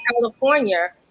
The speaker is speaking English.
california